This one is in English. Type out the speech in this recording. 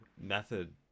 method